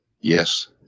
yes